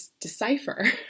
decipher